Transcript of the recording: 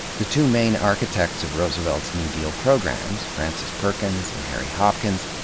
the two main architects of roosevelt's new deal programs, frances perkins and harry hopkins,